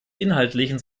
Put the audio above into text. inhaltlichen